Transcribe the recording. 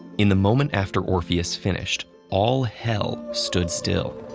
in the moment after orpheus finished, all hell stood still.